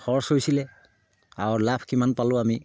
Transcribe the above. খৰচ হৈছিলে আৰু লাভ কিমান পালোঁ আমি